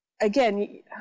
again –